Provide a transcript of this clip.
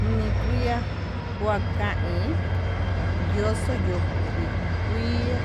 Nikuiá kuakain yoxo yokovi kuin iha